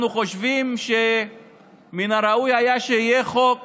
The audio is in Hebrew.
אנחנו חושבים שמן הראוי היה שיהיה חוק